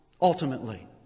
ultimately